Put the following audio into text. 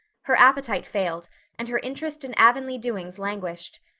her appetite failed and her interest in avonlea doings languished.